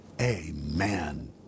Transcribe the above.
amen